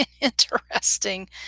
Interesting